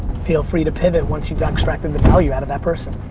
feel free to pivot once you've extracted the value out of that person.